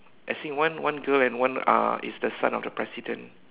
as in one one girl and one uh is the son of the president